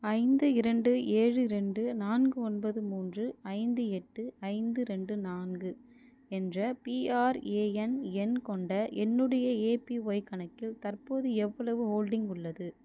ஐந்து இரண்டு ஏழு இரண்டு நான்கு ஒன்பது மூன்று ஐந்து எட்டு ஐந்து ரெண்டு நான்கு என்ற பிஆர்ஏஎன் எண் கொண்ட என்னுடைய ஏபிஒய் கணக்கில் தற்போது எவ்வளவு ஹோல்டிங் உள்ளது